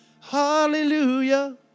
Hallelujah